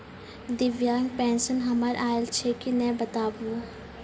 दिव्यांग पेंशन हमर आयल छै कि नैय बताबू?